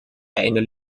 einer